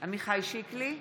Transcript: עמיחי שיקלי,